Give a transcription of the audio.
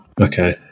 Okay